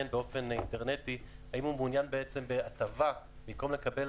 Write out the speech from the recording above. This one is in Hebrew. באופן אינטרנטי האם הוא מעוניין בהטבה במקום לקבל